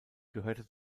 gehörte